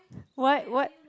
what what